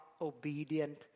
obedient